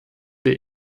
der